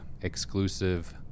exclusive